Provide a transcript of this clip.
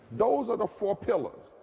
those are the four pillars.